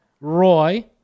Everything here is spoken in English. Roy